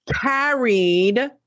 carried